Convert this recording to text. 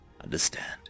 understand